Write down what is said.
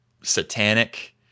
satanic